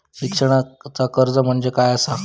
शिक्षणाचा कर्ज म्हणजे काय असा?